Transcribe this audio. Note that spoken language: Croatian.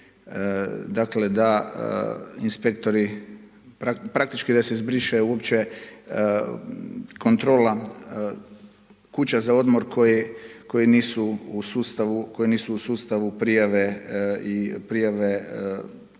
praktički, da se izbriše uopće kontrola kuća za odmor koji nisu u sustavu prijave turista